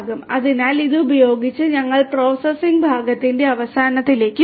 അതിനാൽ ഇത് ഉപയോഗിച്ച് ഞങ്ങൾ പ്രോസസ്സിംഗ് ഭാഗത്തിന്റെ അവസാനത്തിലേക്ക് വരുന്നു